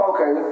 Okay